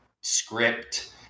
script